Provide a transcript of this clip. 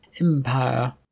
Empire